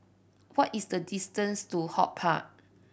what is the distance to HortPark